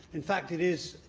in fact, it is,